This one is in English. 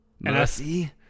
Mercy